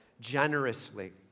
generously